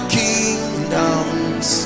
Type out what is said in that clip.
kingdoms